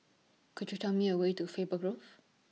Could YOU Tell Me A Way to Faber Grove